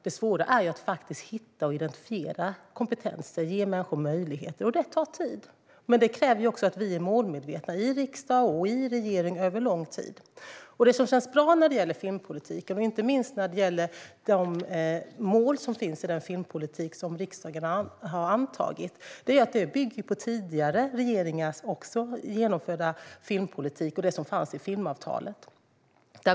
Det svåra är att hitta och identifiera kompetenser och ge människor möjligheter. Detta tar tid. Det kräver också att vi är målmedvetna i riksdag och regering, över lång tid. Det som känns bra när det gäller filmpolitik, inte minst när det gäller de mål som finns i den filmpolitik som riksdagen har antagit, är att den bygger också på tidigare regeringars genomförda filmpolitik och det som fanns i filmavtalet.